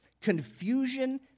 Confusion